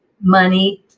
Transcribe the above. money